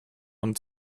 und